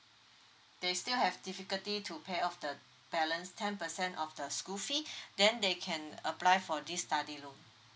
they still have difficulty to pay off the balance ten percent of the school fee then they can apply for this study loan